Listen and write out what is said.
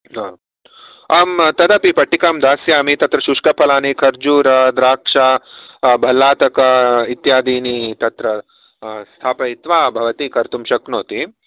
तदपि पट्टिकां दास्यामि तत्र शुष्कफलानि खर्जूर द्राक्ष भल्लातक इत्यादीनि तत्र स्थापयित्वा भवती कर्तुं शक्नोति